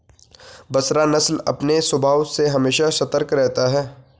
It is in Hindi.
बसरा नस्ल अपने स्वभाव से हमेशा सतर्क रहता है